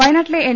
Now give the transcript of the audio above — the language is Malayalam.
വയനാട്ടിലെ എൻ